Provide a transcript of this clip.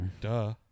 Duh